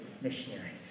missionaries